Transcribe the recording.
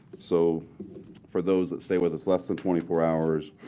so for those that stay with us less than twenty four hours,